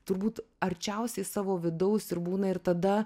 turbūt arčiausiai savo vidaus ir būna ir tada